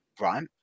Right